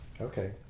Okay